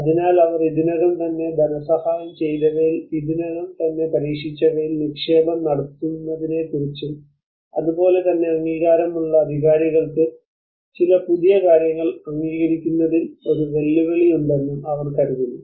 അതിനാൽ അവർ ഇതിനകം തന്നെ ധനസഹായം ചെയ്തവയിൽ ഇതിനകം തന്നെ പരീക്ഷിച്ചവയിൽ നിക്ഷേപം നടത്തുന്നതിനെക്കുറിച്ചും അതുപോലെ തന്നെ അംഗീകാരമുള്ള അധികാരികൾക്ക് ചില പുതിയ കാര്യങ്ങൾ അംഗീകരിക്കുന്നതിൽ ഒരു വെല്ലുവിളിയുണ്ടെന്നും അവർ കരുതുന്നു